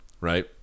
right